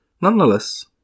Nonetheless